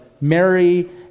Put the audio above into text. Mary